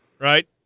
right